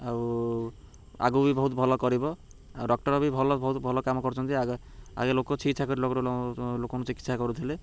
ଆଉ ଆଗକୁ ବି ବହୁତ ଭଲ କରିବ ଆଉ ଡକ୍ଟର ବି ଭଲ ବହୁତ ଭଲ କାମ କରୁଛନ୍ତି ଆଗ ଆଗେ ଲୋକ ଛି ଛା କରି ଲୋକଙ୍କୁ ଚିକିତ୍ସା କରୁଥିଲେ